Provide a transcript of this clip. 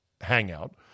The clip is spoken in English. hangout